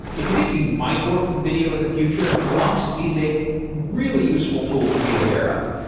if you think you might work with video in the future, mux is a really useful tool to be aware of.